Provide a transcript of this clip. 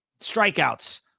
strikeouts